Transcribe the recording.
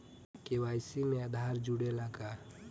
KYC में आधार जुड़े ला का?